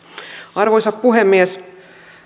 arvoisa puhemies